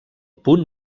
punt